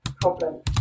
problem